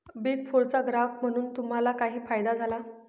Big फोरचा ग्राहक बनून तुम्हाला काही फायदा झाला?